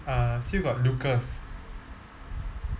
uh still got lucas